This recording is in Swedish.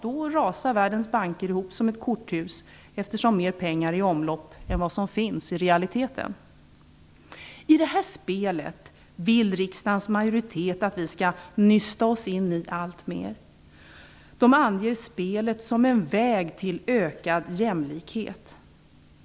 Då rasar världens banker ihop som korthus, eftersom mer pengar är i omlopp än vad som i realiteten finns. I detta spel vill riksdagens majoritet att vi skall nysta oss in allt mer. Den anger spelet som en väg till ökad jämlikhet.